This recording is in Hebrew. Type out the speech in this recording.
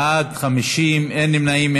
בעד, 50, אין מתנגדים, אין נמנעים.